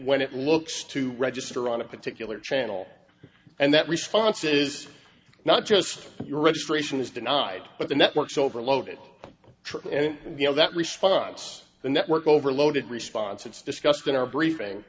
when it looks to register on a particular channel and that response is not just your registration is denied but the networks overloaded and you know that response the network overloaded response it's discussed in our briefing